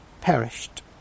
perished